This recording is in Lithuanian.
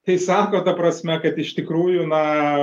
tai sako ta prasme kad iš tikrųjų na